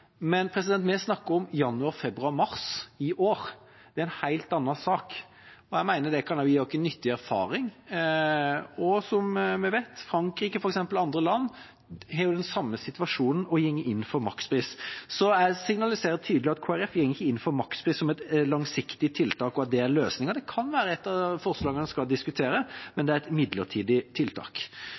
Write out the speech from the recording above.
men vi snakker om januar, februar og mars i år. Det er en helt annen sak. Jeg mener også at det kan gi oss en nyttig erfaring. Vi vet også at Frankrike og andre land som er i den samme situasjonen, har gått inn for makspris. Jeg vil tydelig signalisere at Kristelig Folkeparti ikke går inn for makspris som et langsiktig tiltak, og at det er løsningen. Det kan være et av forslagene man bør diskutere, men det er et midlertidig tiltak.